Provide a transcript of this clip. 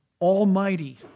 almighty